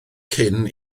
cyn